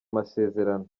amasezerano